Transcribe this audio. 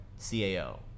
Cao